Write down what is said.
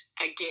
again